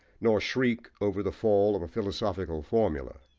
nor shriek over the fall of a philosophical formula.